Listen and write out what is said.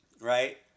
right